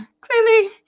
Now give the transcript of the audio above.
clearly